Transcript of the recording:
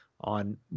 on